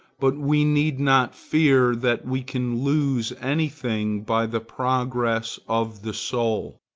but we need not fear that we can lose any thing by the progress of the soul.